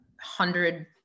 hundred